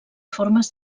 formes